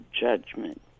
judgment